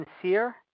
sincere